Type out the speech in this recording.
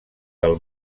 del